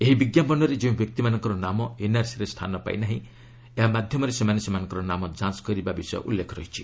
ଏହି ବିଜ୍ଞାପନରେ ଯେଉଁ ବ୍ୟକ୍ତିମାନଙ୍କର ନାମ ଏନ୍ଆର୍ସିରେ ସ୍ଥାନ ପାଇନାହିଁ ଏହାମାଧ୍ୟମରେ ସେମାନେ ସେମାନଙ୍କର ନାମ ଯାଞ୍ଚ କରିପାରିବା ବିଷୟ ଉଲ୍ଲେଖ ରହିଛି